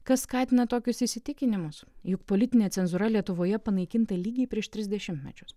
kas skatina tokius įsitikinimus juk politinė cenzūra lietuvoje panaikinta lygiai prieš tris dešimtmečius